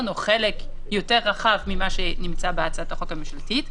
או חלק יותר רחב ממה שנמצא בהצעת החוק הממשלתית,